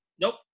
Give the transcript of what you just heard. nope